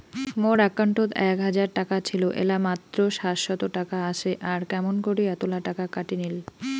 মোর একাউন্টত এক হাজার টাকা ছিল এলা মাত্র সাতশত টাকা আসে আর কেমন করি এতলা টাকা কাটি নিল?